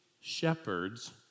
shepherds